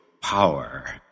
power